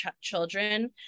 children